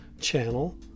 channel